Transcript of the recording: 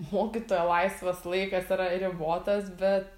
mokytojo laisvas laikas yra ribotas bet